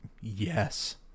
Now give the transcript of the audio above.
Yes